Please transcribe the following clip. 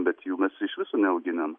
bet jų mes iš vis neauginam